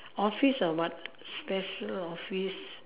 office or what special office